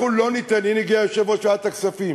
הנה, הגיע יושב-ראש ועדת הכספים: